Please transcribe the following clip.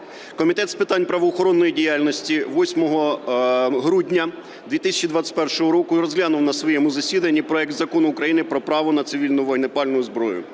Комітет з питань правоохоронної діяльності 8 грудня 2021 року розглянув на своєму засіданні проект Закону України про право на цивільну вогнепальну зброю.